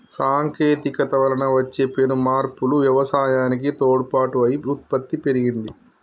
సాంకేతికత వలన వచ్చే పెను మార్పులు వ్యవసాయానికి తోడ్పాటు అయి ఉత్పత్తి పెరిగింది